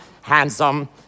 handsome